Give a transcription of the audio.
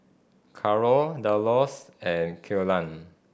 Caro Delos and Killian